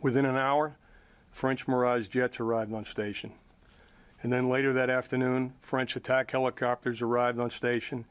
within an hour french mirage jets arrived on station and then later that afternoon french attack helicopters arrived on station